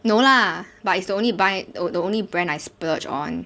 no lah but it's the only buy the only brand I splurge on